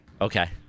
Okay